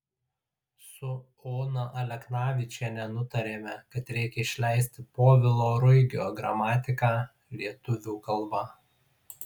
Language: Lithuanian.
su ona aleknavičiene nutarėme kad reikia išleisti povilo ruigio gramatiką lietuvių kalba